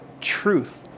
truth